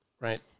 Right